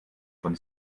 von